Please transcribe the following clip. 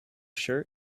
shirt